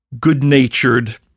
good-natured